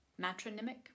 matronymic